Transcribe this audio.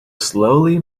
slowly